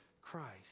christ